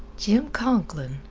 jim conklin?